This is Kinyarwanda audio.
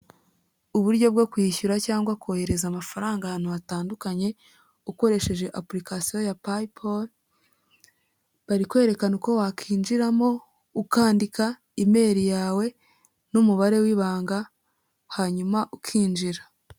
Uburyo bwo kwishyura cyangwa kohereza amafaranga ahantu hatandukanye, ukoresheje application ya Paypol, bari kwerekana uko wakwinjiramo ukandika imeri yawe n'umubare w'ibanga hanyuma ukinjira.